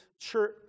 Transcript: church